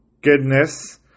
goodness